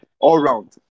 all-round